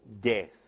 death